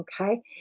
Okay